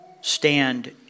stand